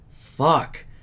fuck